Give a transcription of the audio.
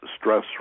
stress